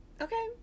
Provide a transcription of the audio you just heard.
Okay